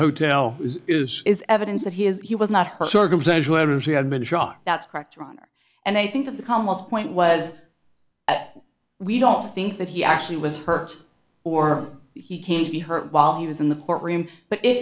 hotel is is is evidence that he is he was not her circumstantial evidence he had been shot that's correct rahner and i think that the calmest point was we don't think that he actually was hurt or he came to her while he was in the courtroom but if